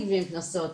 יהיו קנסות,